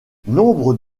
nombre